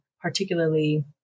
particularly